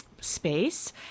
space